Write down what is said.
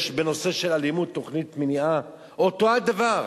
יש בנושא של אלימות תוכנית מניעה, אותו הדבר.